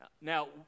Now